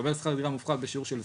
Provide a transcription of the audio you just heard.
מקבל שכר דירה מופחת בשיעור של 20%,